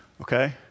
okay